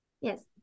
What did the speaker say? Yes